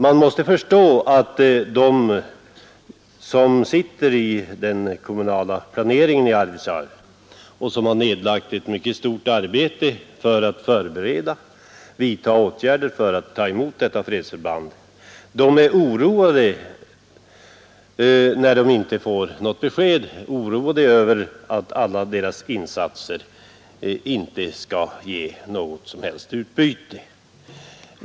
Man måste förstå att de som arbetar med den kommunala planeringen i Arvidsjaur — som har nedlagt ett mycket stort arbete för att förbereda och vidta åtgärder för att ta emot dessa fredsförband — är oroade när de inte får något besked och oroade över att alla deras insatser inte skall ge något som helst utbyte.